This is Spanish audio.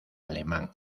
alemán